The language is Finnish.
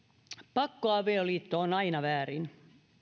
pakkoavioliitto on aina väärin